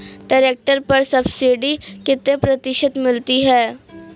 Tractor पर subsidy कितने प्रतिशत मिलती है?